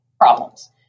problems